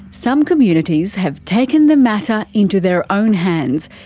some communities have taken the matter into their own hands,